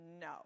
No